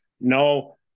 no